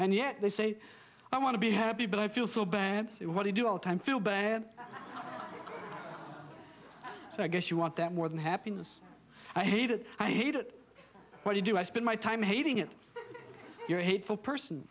and yet they say i want to be happy but i feel so bad what you do all the time feel bad so i guess you want that more than happiness i hate it i hate it why do i spend my time hating it your hateful person